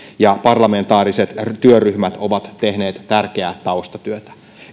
ja parlamentaariset työryhmät ovat tehneet tärkeää taustatyötä